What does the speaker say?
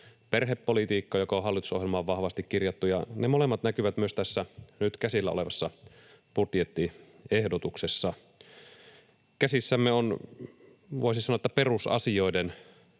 perhepolitiikka, joka on hallitusohjelmaan vahvasti kirjattu. Ne molemmat näkyvät myös tässä nyt käsillä olevassa budjettiehdotuksessa. Käsissämme on, voisi sanoa, perusasioiden